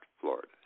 Florida